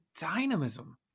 dynamism